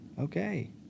Okay